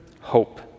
hope